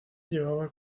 llevaba